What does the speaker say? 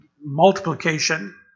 multiplication